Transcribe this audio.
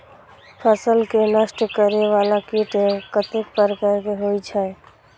फसल के नष्ट करें वाला कीट कतेक प्रकार के होई छै?